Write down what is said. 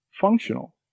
functional